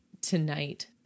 tonight